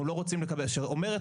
אומרת